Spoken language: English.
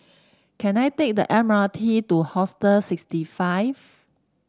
can I take the M R T to Hostel sixty five